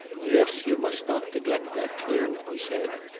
yes, you must not neglect that clue, he said.